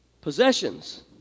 possessions